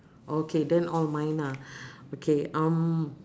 okay then all mine ah okay um